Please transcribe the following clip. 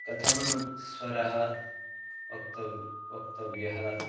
कथं स्वरः वक्त वक्तव्यः